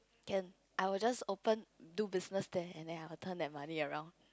can I will just open do business there and then I will turn that money around